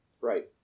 Right